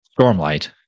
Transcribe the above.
Stormlight